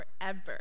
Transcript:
forever